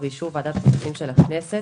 ובאישור ועדת הכספים של הכנסת,